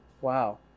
Wow